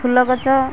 ଫୁଲ ଗଛ